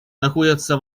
находятся